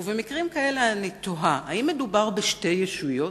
ובמקרים כאלה אני תוהה: האם מדובר בשתי ישויות?